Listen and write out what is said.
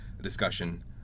discussion